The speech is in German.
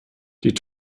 die